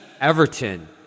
Everton